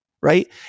Right